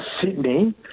Sydney